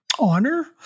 honor